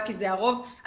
גם שיהיה "דשבורד" יישובי,